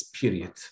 period